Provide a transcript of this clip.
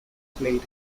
played